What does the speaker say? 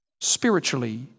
spiritually